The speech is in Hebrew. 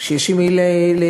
כשיש עם מי לעבוד.